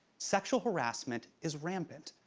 sexual harassment is rampant.